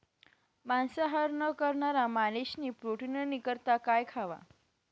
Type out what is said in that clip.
मांसाहार न करणारा माणशेस्नी प्रोटीननी करता काय खावा